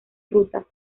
rutas